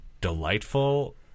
delightful